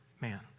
man